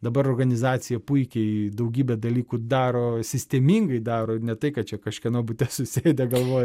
dabar organizacija puikiai daugybė dalykų daro sistemingai daro ne tai kad čia kažkieno bute susėdę galvoja